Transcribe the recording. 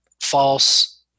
false